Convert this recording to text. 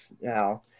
Now